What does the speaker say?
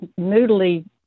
noodly